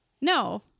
No